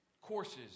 courses